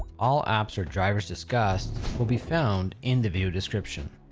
all apps or drivers discussed will be found in the view description.